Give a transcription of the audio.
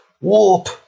Warp